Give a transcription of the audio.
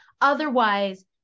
otherwise